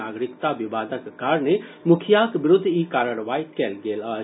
नागरिकता विवादक कारणे मुखियाक विरूद्व ई कार्रवाई कयल गेल अछि